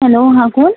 hello हा कोण